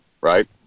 Right